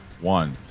one